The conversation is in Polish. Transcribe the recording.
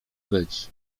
być